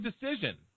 decision